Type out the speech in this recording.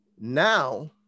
now